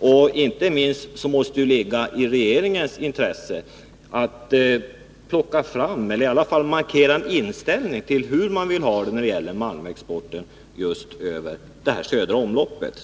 det. Inte minst måste det ligga i regeringens intresse att i varje fall markera hur man vill ha det med malmexporten över det södra omloppet.